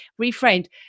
reframed